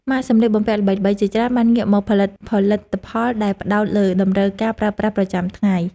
ម៉ាកសម្លៀកបំពាក់ល្បីៗជាច្រើនបានងាកមកផលិតផលិតផលដែលផ្តោតលើតម្រូវការប្រើប្រាស់ប្រចាំថ្ងៃ។